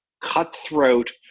cutthroat